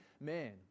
man